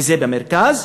וזה במרכז,